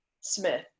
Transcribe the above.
Smith